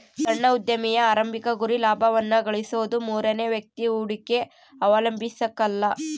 ಸಣ್ಣ ಉದ್ಯಮಿಯ ಆರಂಭಿಕ ಗುರಿ ಲಾಭವನ್ನ ಗಳಿಸೋದು ಮೂರನೇ ವ್ಯಕ್ತಿಯ ಹೂಡಿಕೆ ಅವಲಂಬಿಸಕಲ್ಲ